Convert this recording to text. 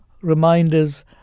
reminders